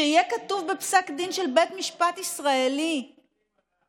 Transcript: שיהיה כתוב בפסק דין של בית משפט ישראלי שאפשר